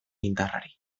indarrari